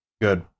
Good